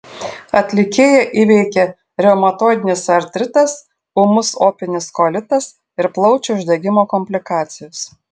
atlikėją įveikė reumatoidinis artritas ūmus opinis kolitas ir plaučių uždegimo komplikacijos